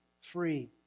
free